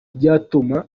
byatuma